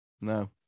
no